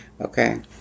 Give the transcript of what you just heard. Okay